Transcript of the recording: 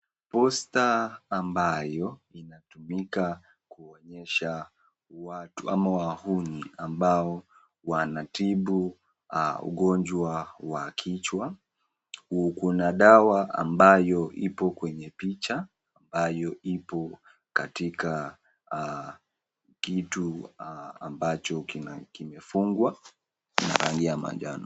Posta ambayo inatumika kuonyesha watu ama wahuni ambao wanatibu ugonjwa wa kichwa. Kuna dawa ambayo ipo kwenye picha ambayo ipo katika kitu ambacho kimefungwa na rangi ya manjano.